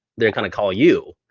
they and kind of call you.